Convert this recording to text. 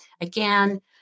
again